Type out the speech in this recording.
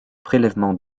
prélèvement